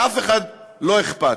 לאף אחד לא אכפת.